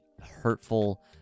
hurtful